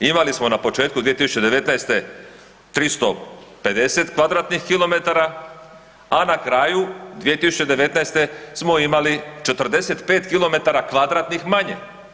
Imali smo na početku 2019. 350 kvadratnih kilometara, a na kraju 2019. smo imali 45 kilometara kvadratnih manje.